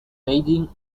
beijing